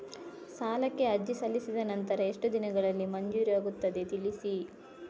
ಸಾಲಕ್ಕೆ ಅರ್ಜಿ ಸಲ್ಲಿಸಿದ ನಂತರ ಎಷ್ಟು ದಿನಗಳಲ್ಲಿ ಮಂಜೂರಾಗುತ್ತದೆ ತಿಳಿಸಿ?